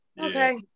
Okay